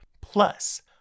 Plus